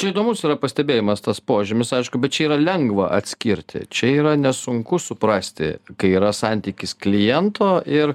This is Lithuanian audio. čia įdomus yra pastebėjimas tas požymis aišku bet čia yra lengva atskirti čia yra nesunku suprasti kai yra santykis kliento ir